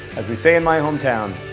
as we say in my hometown,